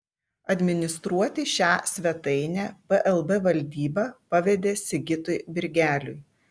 administruoti šią svetainę plb valdyba pavedė sigitui birgeliui